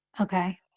Okay